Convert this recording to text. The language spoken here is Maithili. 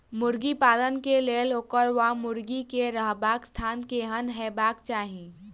मुर्गी पालन केँ लेल ओकर वा मुर्गी केँ रहबाक स्थान केहन हेबाक चाहि?